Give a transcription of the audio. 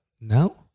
No